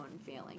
feeling